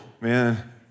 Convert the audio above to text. man